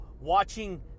watching